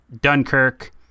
Dunkirk